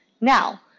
Now